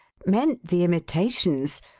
meant the imitations?